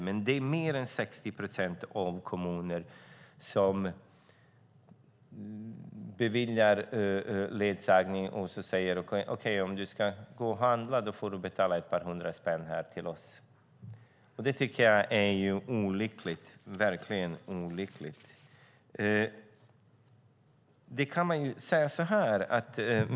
Men det är mer än 60 procent av kommunerna som beviljar ledsagning och som säger: Okej, om du ska gå och handla får du betala ett par hundra spänn till oss. Det är verkligen olyckligt.